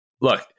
look